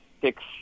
six